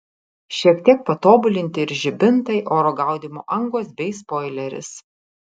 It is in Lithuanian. šiek tiek patobulinti ir žibintai oro gaudymo angos bei spoileris